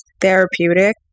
therapeutic